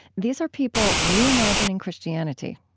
these are people reimagining christianity.